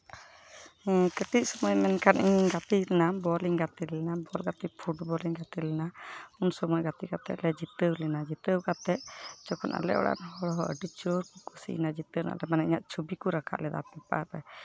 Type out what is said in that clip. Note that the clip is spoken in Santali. ᱦᱮᱸ ᱠᱟᱹᱴᱤᱡ ᱥᱚᱢᱚᱭ ᱢᱮᱱᱠᱷᱟᱱᱤᱧ ᱜᱟᱛᱮ ᱞᱮᱱᱟ ᱵᱚᱞ ᱤᱧ ᱜᱟᱛᱮ ᱞᱮᱱᱟ ᱵᱚᱞ ᱜᱟᱛᱮ ᱯᱷᱩᱴᱵᱚᱞ ᱤᱧ ᱜᱟᱛᱮ ᱞᱮᱱᱟ ᱩᱱ ᱥᱚᱢᱚᱭ ᱜᱟᱛᱮ ᱠᱟᱛᱮ ᱞᱮ ᱡᱤᱛᱟᱹᱣ ᱞᱮᱱᱟ ᱡᱤᱛᱟᱹᱣ ᱠᱟᱛᱮ ᱡᱚᱠᱷᱚᱱ ᱟᱞᱮ ᱚᱲᱟᱜ ᱨᱮᱱ ᱦᱚᱲ ᱦᱚᱸ ᱟᱹᱰᱤ ᱡᱳᱨ ᱠᱚ ᱠᱩᱥᱤᱭᱱᱟ ᱡᱤᱛᱟᱹᱣ ᱨᱮᱱᱟᱜ ᱢᱟᱱᱮ ᱤᱧᱟᱹᱜ ᱪᱷᱚᱵᱤ ᱠᱚ ᱨᱟᱠᱟᱵ ᱞᱮᱫᱟ ᱯᱮᱯᱟᱨ ᱨᱮ